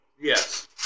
Yes